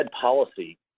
policy